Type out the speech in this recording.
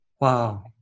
Wow